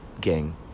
gang